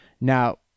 Now